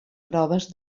proves